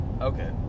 okay